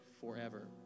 forever